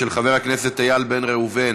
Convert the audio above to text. של חבר הכנסת איל בן ראובן